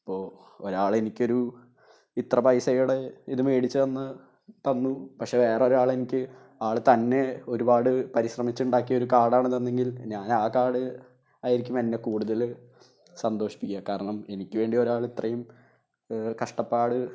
ഇപ്പോള് ഒരാളെനിക്കൊരു ഇത്ര പൈസയുടെ ഇത് മേടിച്ച് തന്നു പക്ഷെ വേറൊരാൾ എനിക്ക് ആൾ തന്നെ ഒരുപാട് പരിശ്രമിച്ചുണ്ടാക്കിയ ഒരു കാർഡാണ് തന്നതെങ്കിൽ ഞാൻ ആ കാർഡ് ആയിരിക്കും എന്നെ കൂടുതൽ സന്തോഷിപ്പിക്കുക കാരണം എനിക്ക് വേണ്ടി ഒരാൾ ഇത്രയും കഷ്ടപ്പാട്